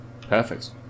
Perfect